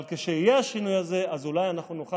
אבל כשיהיה השינוי הזה אז אולי אנחנו נוכל